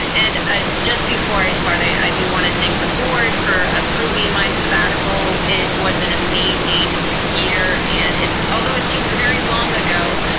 and ah just before i start, i do wanna thank the board for approving my sabbatical. it was an amazing year, and although it seems very long ago,